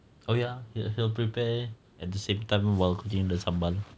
oh ya ya he'll prepare at the same time while cooking the sambal